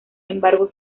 embargo